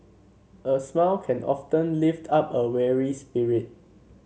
a smile can often lift up a weary spirit